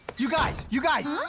you guys, you guys,